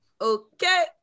Okay